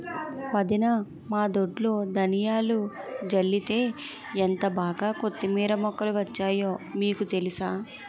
వదినా మా దొడ్లో ధనియాలు జల్లితే ఎంటబాగా కొత్తిమీర మొక్కలు వచ్చాయో మీకు తెలుసా?